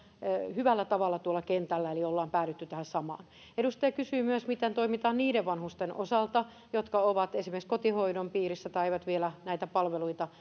hyvällä tavalla tuolla kentällä eli ollaan päädytty tähän samaan edustaja kysyi myös miten toimitaan niiden vanhusten osalta jotka ovat esimerkiksi kotihoidon piirissä tai eivät vielä näitä palveluita